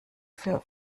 für